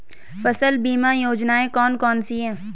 फसल बीमा योजनाएँ कौन कौनसी हैं?